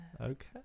Okay